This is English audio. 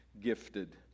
gifted